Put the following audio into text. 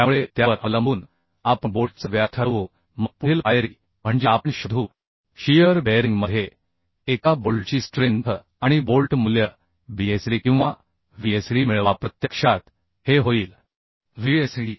त्यामुळे त्यावर अवलंबून आपण बोल्टचा व्यास ठरवू मग पुढील पायरी म्हणजे आपण शोधू शियर बेअरिंगमध्ये एका बोल्टची स्ट्रेंथ आणि बोल्ट मूल्य Bsdकिंवा Vsd मिळवा प्रत्यक्षात हे होईल Vsd